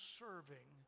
serving